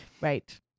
Right